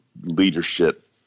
leadership